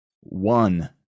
One